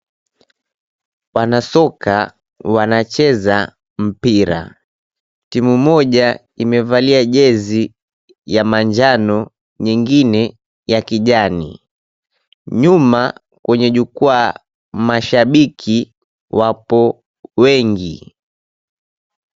Wanasoka wanacheza mpira. Timu moja imevalia jezi ya manjano nyingine ya kijani. Nyuma kwenye jukwaa mashabiki wapo wengi.